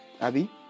Abby